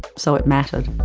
so it mattered.